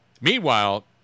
Meanwhile